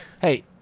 hey